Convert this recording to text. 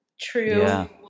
true